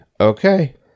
Okay